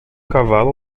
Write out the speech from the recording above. cavalo